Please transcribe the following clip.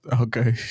Okay